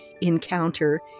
encounter